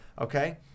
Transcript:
Okay